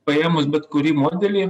paėmus bet kurį modelį